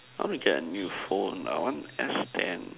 I want to get a new phone I want S ten